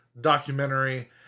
documentary